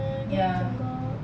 mm 跟我讲过